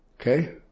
okay